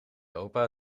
opa